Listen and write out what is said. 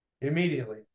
immediately